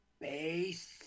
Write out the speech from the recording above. base